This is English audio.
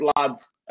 lads